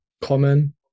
common